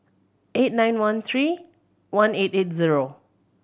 eight nine one tree one eight eight zero